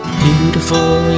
beautiful